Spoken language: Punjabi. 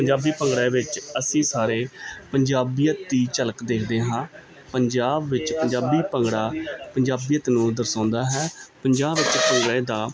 ਪੰਜਾਬੀ ਭੰਗੜੇ ਵਿੱਚ ਅਸੀਂ ਸਾਰੇ ਪੰਜਾਬੀਅਤ ਦੀ ਝਲਕ ਦੇਖਦੇ ਹਾਂ ਪੰਜਾਬ ਵਿੱਚ ਪੰਜਾਬੀ ਭੰਗੜਾ ਪੰਜਾਬੀਅਤ ਨੂੰ ਦਰਸਾਉਂਦਾ ਹੈ ਪੰਜਾਬ ਵਿੱਚ ਭੰਗੜੇ ਦਾ